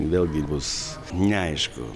vėlgi bus neaišku